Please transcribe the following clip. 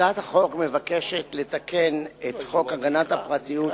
הצעת החוק מבקשת לתקן את חוק הגנת הפרטיות,